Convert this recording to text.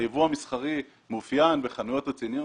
היבוא המסחרי מאופיין בחנויות רציניות.